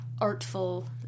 artful